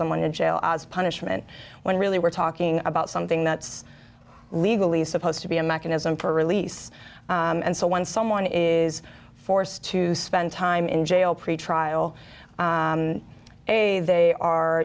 someone in jail as punishment when really we're talking about something that's legally supposed to be a mechanism for release and so when someone is forced to spend time in jail pretrial a they are